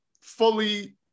fully